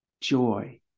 joy